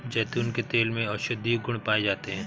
जैतून के तेल में औषधीय गुण पाए जाते हैं